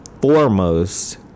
foremost